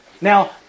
Now